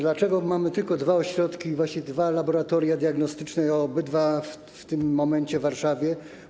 Dlaczego mamy tylko dwa ośrodki, właśnie dwa laboratoria diagnostyczne, i obydwa w tym momencie w Warszawie?